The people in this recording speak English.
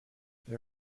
they